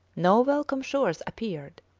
no welcome shores appeared.